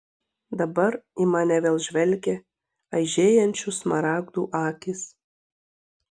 dabar į mane vėl žvelgė aižėjančių smaragdų akys